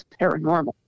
paranormal